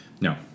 No